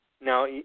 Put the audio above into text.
Now